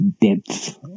depth